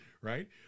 Right